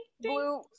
Blue